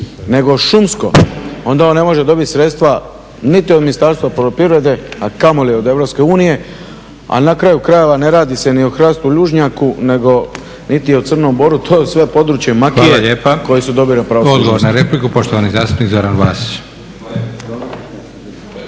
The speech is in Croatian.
nego šumsko onda on ne može dobit sredstva niti od Ministarstva poljoprivrede, a kamoli od Europske unije. A na kraju krajeva ne radi se ni o hrastu lužnjaku nego, niti o crnom boru. To je sve područje makije koje su dobile pravo služnosti.